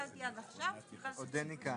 כלום.